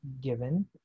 given